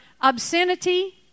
obscenity